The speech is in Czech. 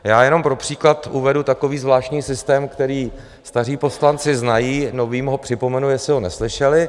Já jenom pro příklad uvedu takový zvláštní systém, který staří poslanci znají, novým ho připomenu, jestli ho neslyšeli.